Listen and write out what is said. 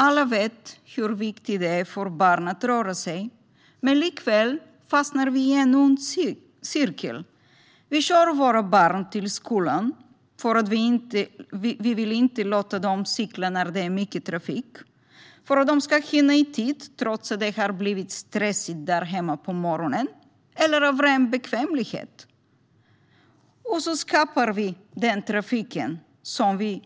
Alla vet hur viktigt det är för barn att röra sig, men likväl fastnar vi i en ond cirkel: Vi kör våra barn till skolan för att vi inte vill låta dem cykla när det är mycket trafik, för att de ska hinna i tid trots att det har blivit stressigt där hemma på morgonen eller av ren bekvämlighet. Då skapar vi den trafik som vi